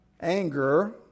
anger